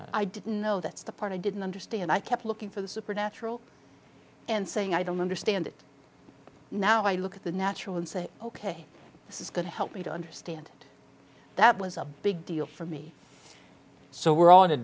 i didn't know that's the part i didn't understand i kept looking for the supernatural and saying i don't understand it now i look at the natural and say ok this is going to help me to understand that was a big deal for me so we're all in a